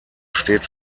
steht